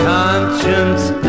Conscience